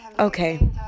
Okay